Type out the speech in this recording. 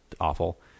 awful